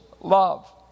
love